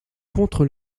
contre